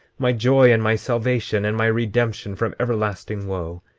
my joy and my salvation, and my redemption from everlasting wo.